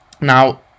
now